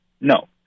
No